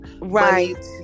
right